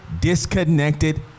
disconnected